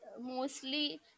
mostly